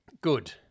Good